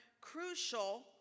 crucial